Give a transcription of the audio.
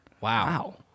Wow